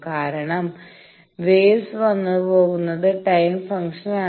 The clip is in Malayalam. കാരണം വേവ്സ് വന്നുപോകുന്നത് ടൈം ഫംഗ്ഷനാണ്